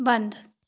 बंद